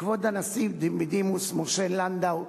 כבוד הנשיא בדימוס משה לנדוי,